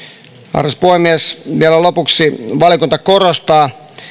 arvoisa puhemies vielä lopuksi valiokunta korostaa